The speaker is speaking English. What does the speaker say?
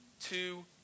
two